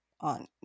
on